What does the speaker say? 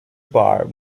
bar